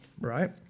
right